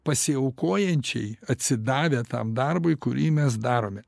pasiaukojančiai atsidavę tam darbui kurį mes darome